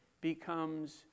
becomes